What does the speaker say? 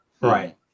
Right